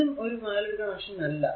ഇതും ഒരു valid connection അല്ല